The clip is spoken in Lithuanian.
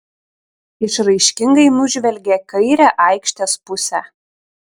išraiškingai nužvelgė kairę aikštės pusę